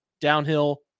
downhill